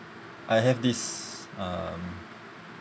I have this um